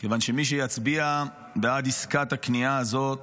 כיוון שמי שיצביע בעד עסקת הכניעה הזאת